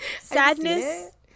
Sadness